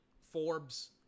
Forbes